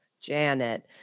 Janet